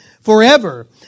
forever